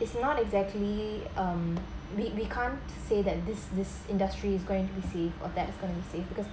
it's not exactly um we we can't say that this this industry is going to receive or that's is going to receive because